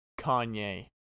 Kanye